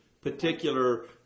particular